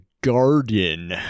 garden